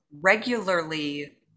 regularly